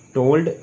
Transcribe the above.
told